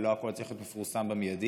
ולא הכול צריך להיות מפורסם במיידי.